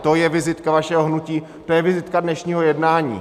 To je vizitka vašeho hnutí, to je vizitka dnešního jednání.